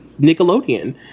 Nickelodeon